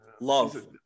Love